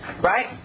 right